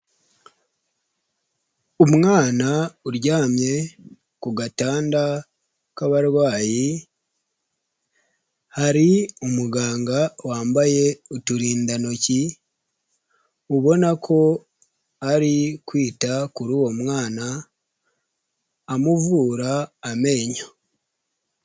Umwana uryamye ku gatanda k'abarwayi, hari umuganga wambaye uturindantoki, ubona ko ari kwita kuri uwo mwana, amuvura amenyo.